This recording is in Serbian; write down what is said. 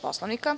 Poslovnika?